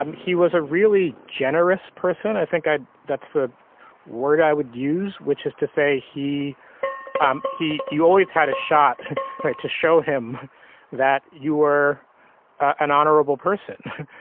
um he was a really generous person. i think that's the word i would use which is to say he um he you always had a shot right to show him that you were an honorable person.